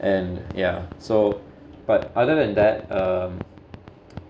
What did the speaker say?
and yeah so but other than that um